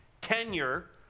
Tenure